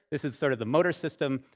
this is sort of the motor system.